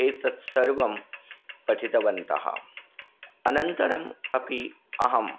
एतत्सर्वं पठितवन्तः अनन्तरम् अपि अहम्